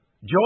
Joy